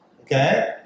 Okay